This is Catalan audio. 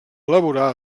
elaborar